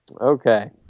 Okay